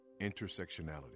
intersectionality